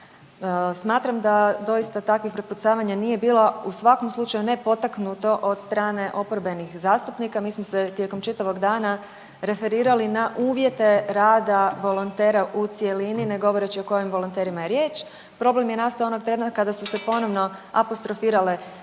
Smatram da doista takvih prepucavanja nije bilo u svakom slučaju ne potaknuto od strane oporbenih zastupnika. Mi smo se tijekom čitavog dana referirali na uvjete rada volontera u cjelini ne govoreći o kojim volonterima je riječ. Problem je nastao onog trena kada su se ponovno apostrofirale